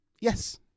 Yes